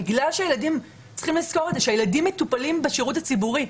צריכים לזכור שהילדים מטופלים בשירות הציבורי,